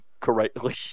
correctly